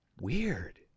Weird